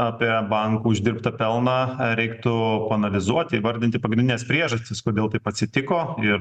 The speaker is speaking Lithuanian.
apie bankų uždirbtą pelną reiktų paanalizuoti įvardinti pagrindines priežastis kodėl taip atsitiko ir